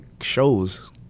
shows